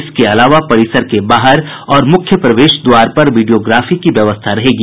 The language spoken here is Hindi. इसके अलावा परिसर के बाहर और मुख्य प्रवेश द्वार पर विडियोग्राफी की व्यवस्था रहेगी